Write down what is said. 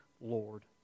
Lord